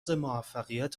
موفقیت